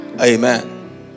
Amen